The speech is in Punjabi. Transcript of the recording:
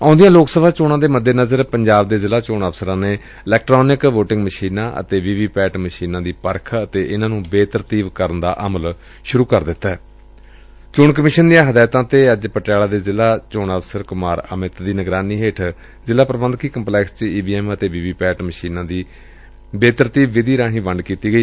ਆਉਂਦੀਆਂ ਲੋਕ ਸਭਾ ਚੋਣਾਂ ਦੇ ਮੱਦੇਨਜ਼ਰ ਪੰਜਾਬ ਦੇ ਜ਼ਿਲ੍ਹਾ ਚੋਣ ਅਫ਼ਸਰਾਂ ਨੇ ਇਲੈਕਟ੍ਾਨਿਕ ਵੋਟਿੰਗ ਮਸ਼ੀਨਾਂ ਅਤੇ ਵੀ ਵੀ ਪੈਟ ਮਸ਼ੀਨਾਂ ਦੀ ਪਰਖ ਅਤੇ ਇਨ੍ਹਾਂ ਨੂੰ ਬੇਤਰਤੀਬ ਕਰਨ ਦਾ ਅਮਲ ਚੋਣ ਕਮਿਸ਼ਨ ਦੀਆਂ ਹਦਾਇਤਾਂ ਤੇ ਅੱਜ ਪਟਿਆਲਾ ਦੇ ਜ਼ਿਲਾ ਚੋਣ ਅਫਸਰ ਕੁਮਾਰ ਅਮਿਤ ਦੀ ਨਿਗਰਾਨੀ ਚ ਜ਼ਿਲਾ ਪ੍ਰਬੰਧਕੀ ਕੰਪਲੈਕਸ ਵਿਖੇ ਈ ਵੀ ਐਮ ਅਤੇ ਵੀ ੱਵੀ ਪੈਟ ਮਸ਼ੀਨਾਂ ਦੀ ਬੇਤਰਤੀਬ ਵਿਧੀ ਰਾਹੀਂ ਵੰਡ ਕੀਤੀ ਗਈ